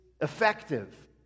effective